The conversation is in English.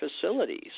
facilities